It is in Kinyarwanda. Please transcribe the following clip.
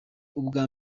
ubwa